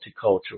multicultural